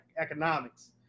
economics